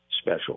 special